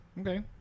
Okay